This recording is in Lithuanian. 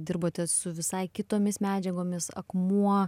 dirbote su visai kitomis medžiagomis akmuo